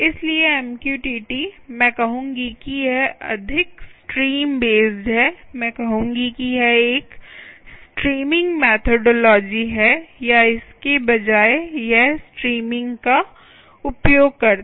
इसलिए MQTT मैं कहूंगी कि यह अधिक स्ट्रीम बेस्ड है मैं कहूंगी कि यह एक स्ट्रीमिंग मेथोडोलॉजी है या इसके बजाय यह स्ट्रीमिंग का उपयोग करता है